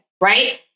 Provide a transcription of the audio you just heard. right